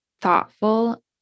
thoughtful